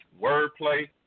Wordplay